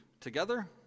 together